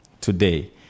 today